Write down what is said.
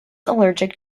allergic